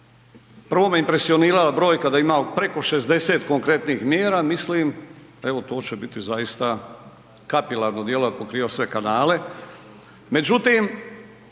prvo me impresionirala brojka da imamo preko 60 konkretnih mjera, mislim, evo to će biti zaista kapilarno djelo ako kriju sve kanale.